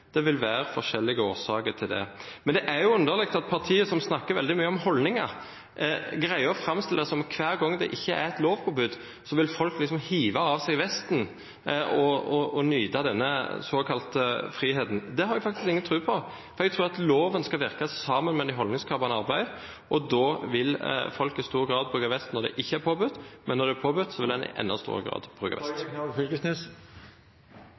det vil en selvsagt ikke. Det vil være forskjellige årsaker til det. Men det er jo underlig at partiet som snakker veldig mye om holdninger, greier å framstille det som at når det ikke er et lovpåbud, vil folk hive av seg vesten og nyte den såkalte friheten. Det har jeg ingen tro på. Jeg tror at loven skal virke sammen med det holdningsskapende arbeidet. Da vil folk i stor grad bruke vest når det ikke er påbudt, men når det er påbudt, vil en i enda større grad bruke